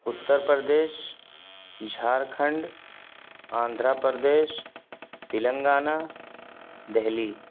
Uttar Pradesh Jharkhand Andhra Pradesh Telangana Delhi